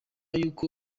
y’uko